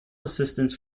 assistance